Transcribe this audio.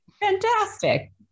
Fantastic